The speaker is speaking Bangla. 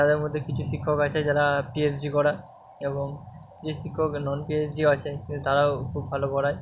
তাদের মধ্যে কিছু শিক্ষক আছে যারা পিএইচডি করা এবং কিছু শিক্ষক নন পি এইচ ডিও আছে কিন্তু তারাও খুব ভালো পড়ায়